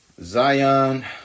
Zion